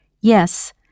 Yes